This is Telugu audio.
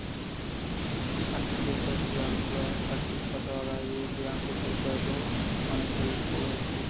అతిపెద్ద బ్యేంకుల పట్టిక ద్వారా ఏ బ్యాంక్ పెద్దదో మనం తెలుసుకోవచ్చు